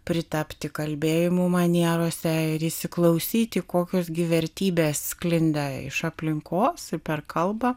pritapti kalbėjimo manierose ir įsiklausyti kokios gi vertybės sklinda iš aplinkos ir per kalbą